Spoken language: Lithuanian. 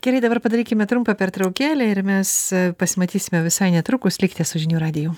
gerai dabar padarykime trumpą pertraukėlę ir mes pasimatysime visai netrukus likite su žinių radiju